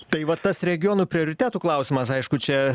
tai vat tas regionų prioritetų klausimas aišku čia